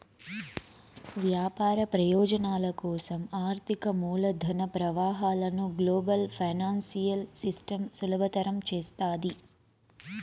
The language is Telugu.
వ్యాపార ప్రయోజనాల కోసం ఆర్థిక మూలధన ప్రవాహాలను గ్లోబల్ ఫైనాన్సియల్ సిస్టమ్ సులభతరం చేస్తాది